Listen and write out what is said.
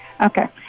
Okay